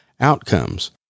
outcomes